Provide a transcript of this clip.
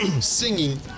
singing